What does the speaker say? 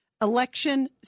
Election